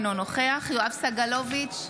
אינו נוכח יואב סגלוביץ'